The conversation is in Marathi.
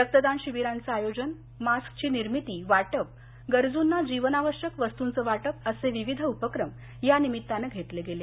रक्तदान शिबिरांचं आयोजन मास्कची निर्मिती वाटप गरजूंना जीवनावश्यक वस्तूंचं वाटपअसे उपक्रम या निर्मित्तानं घेतले गेले